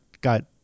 got